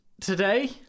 today